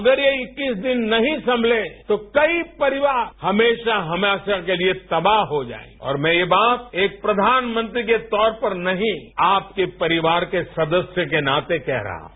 अगर ये इक्कीस दिन नहीं संगलें तो कई परिवार हमेसा हमेसा के लिए तबाह हो जाएंगे और मै ये बात एक प्रषानपंत्री के तौर पर नहीं आपके परिवार के सदस्य के तौर पर कह रहा हूं